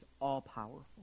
all-powerful